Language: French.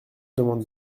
demande